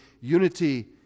unity